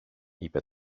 είπε